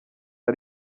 ayo